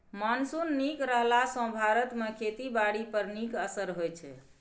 monsoon नीक रहला सँ भारत मे खेती बारी पर नीक असिर होइ छै